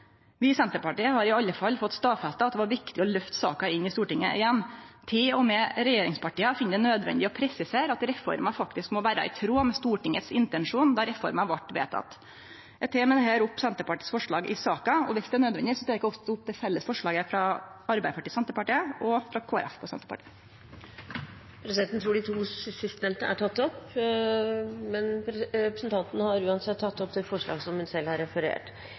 Vi i Senterpartiet har i alle fall fått stadfesta at det var viktig å løfte saka inn i Stortinget igjen. Til og med regjeringspartia finn det nødvendig å presisere at reforma faktisk må vere i tråd med Stortingets intensjon då reforma vart vedteken. Eg tek med dette opp forslaga frå Senterpartiets i saka. Representanten Jenny Klinge har tatt opp forslagene hun refererte til. For Venstre er det i oppfølgingen av politireformen alltid viktig å huske på hvorfor vi egentlig gikk inn i en avtale. Det er for å følge opp de manglene som